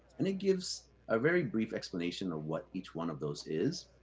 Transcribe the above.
and it gives a very brief explanation of what each one of those is.